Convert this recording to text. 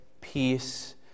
peace